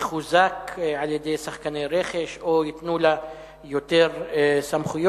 תחוזק על-ידי שחקני רכש או שיינתנו לה יותר סמכויות,